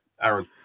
Aaron